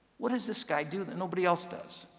what does this guy do that nobody else does?